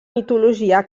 mitologia